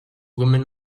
women